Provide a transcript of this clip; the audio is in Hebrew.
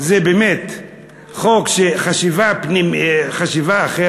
זה באמת חוק של חשיבה אחרת.